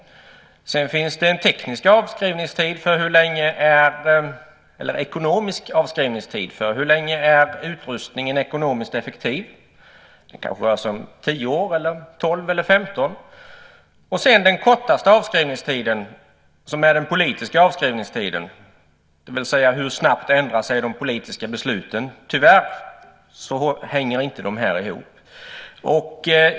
Det finns en ekonomisk avskrivningstid för hur länge utrustningen är ekonomiskt effektiv. Det kan röra sig om 10, 12 eller 15 år. Den kortaste avskrivningstiden är den politiska avskrivningstiden. Hur snabbt ändrar sig de politiska besluten? Tyvärr hänger de inte ihop.